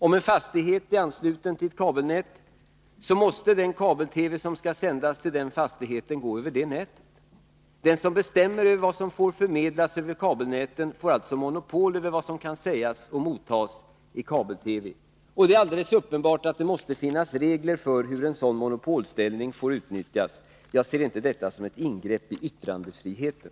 Om en fastighet är ansluten till ett kabelnät, måste den kabel-TV som skall sändas till fastigheten gå över det nätet. Den som bestämmer över vad som får förmedlas över kabelnäten får alltså monopol över vad som kan sägas och mottas i kabel-TV. Det är alldeles uppenbart att det måste finnas regler för hur en sådan monopolställning får utnyttjas. Jag ser inte detta som ett ingrepp i yttrandefriheten.